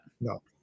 no